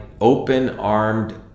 open-armed